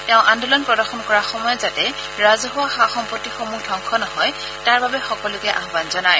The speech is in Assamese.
তেওঁ আন্দোলন প্ৰদৰ্শন কৰাৰ সময়ত যাতে ৰাজহুৱা সা সম্পত্তিসমূহ ধবংস নহয় তাৰ বাবে সকলোকে আয়ান জনায়